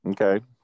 Okay